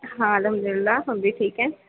ہاں الحمد اللہ ہم بھی ٹھیک ہیں